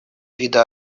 вида